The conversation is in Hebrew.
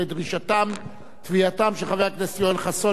תביעתם של חבר הכנסת יואל חסון וחבר הכנסת מאיר שטרית,